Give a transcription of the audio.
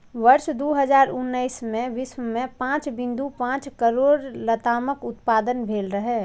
वर्ष दू हजार उन्नैस मे विश्व मे पांच बिंदु पांच करोड़ लतामक उत्पादन भेल रहै